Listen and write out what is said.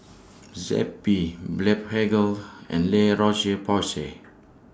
Zappy Blephagel and La Roche Porsay